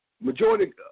Majority